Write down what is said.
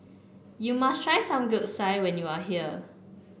you must try Samgeyopsal when you are here